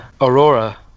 Aurora